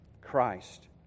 Christ